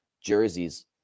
jerseys